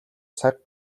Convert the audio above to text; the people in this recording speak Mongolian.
цаг